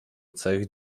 cech